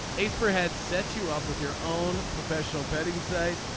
ace for head set you up with your own professional betting site.